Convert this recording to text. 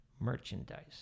merchandise